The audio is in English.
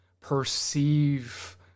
perceive